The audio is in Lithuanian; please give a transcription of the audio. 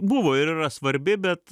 buvo ir yra svarbi bet